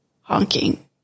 honking